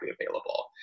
available